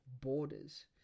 borders